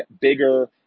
bigger